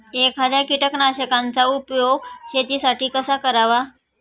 एखाद्या कीटकनाशकांचा उपयोग शेतीसाठी कसा करावा?